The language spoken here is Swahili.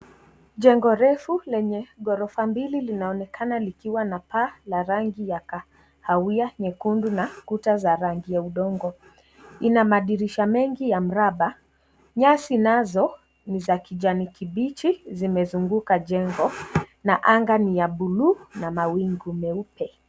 Jengo refu lenye ghorofa mbili linaonekana likiwa na paa rangi ya kahawia nyekundu na kuta za rangi ya udongo . Ina madirisha mengi ya mraba, nyasi nazo ni za kijani kibichi zimezunguka jengo na anga ni ya buluu na mawingu meupe.